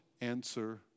answer